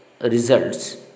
results